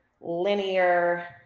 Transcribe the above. linear